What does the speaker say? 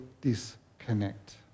disconnect